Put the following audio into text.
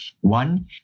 One